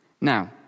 Now